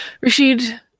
Rashid